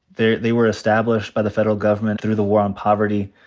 they they were established by the federal government through the war on poverty.